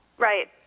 Right